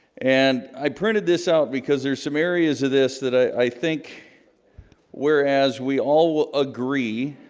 and i printed this out because there's some areas of this that i think where as we all will agree?